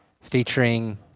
featuring